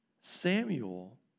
Samuel